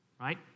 right